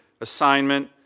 assignment